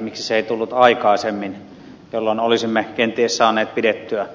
miksi se ei tullut aikaisemmin jolloin olisimme kenties saaneet pidettyä